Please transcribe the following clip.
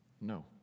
No